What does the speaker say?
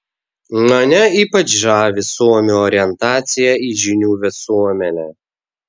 mane ypač žavi suomių orientacija į žinių visuomenę